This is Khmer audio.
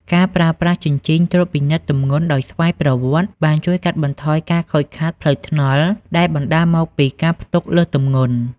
ការប្រើប្រាស់ជញ្ជីងត្រួតពិនិត្យទម្ងន់ដោយស្វ័យប្រវត្តិ បានជួយកាត់បន្ថយការខូចខាតផ្លូវថ្នល់ដែលបណ្ដាលមកពីការផ្ទុកលើសទម្ងន់។